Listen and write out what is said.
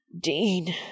Dean